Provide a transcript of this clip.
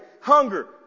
hunger